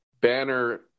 Banner